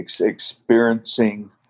experiencing